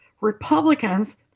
Republicans